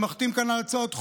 שמחתים כאן על הצעות חוק,